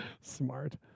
Smart